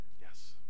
Yes